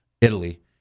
Italy